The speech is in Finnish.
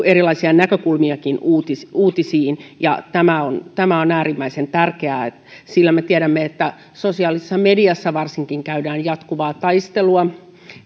erilaisiakin näkökulmia uutisiin uutisiin tämä on tämä on äärimmäisen tärkeää sillä me tiedämme että varsinkin sosiaalisessa mediassa käydään jatkuvaa taistelua